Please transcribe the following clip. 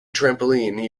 trampoline